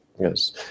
Yes